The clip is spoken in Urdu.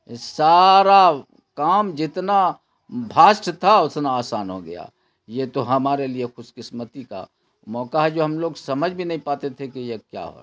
یہ سارا کام جتنا بھاسٹ تھا اتنا آسان ہو گیا یہ تو ہمارے لیے خوش قسمتی کا موقع ہے جو ہم لوگ سمجھ بھی نہیں پاتے تھے کہ یہ کیا ہو